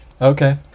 Okay